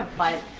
but.